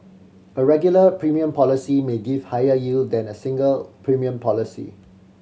a regular premium policy may give higher yield than a single premium policy